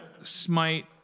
smite